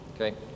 Okay